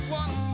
one